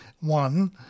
One